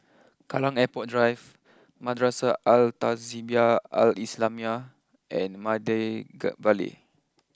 Kallang Airport Drive Madrasah Al Tahzibiah Al Islamiah and Maida Vale